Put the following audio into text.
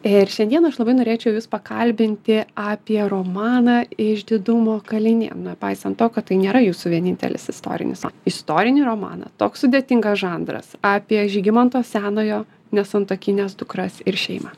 ir šiandien aš labai norėčiau jus pakalbinti apie romaną išdidumo kalinė nepaisant to kad tai nėra jūsų vienintelis istorinis istorinį romaną toks sudėtingas žandras apie žygimanto senojo nesantuokines dukras ir šeimą